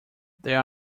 there